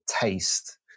taste